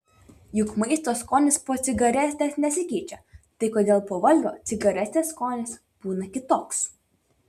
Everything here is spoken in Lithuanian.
juk maisto skonis po cigaretės nesikeičia tai kodėl po valgio cigaretės skonis būna kitoks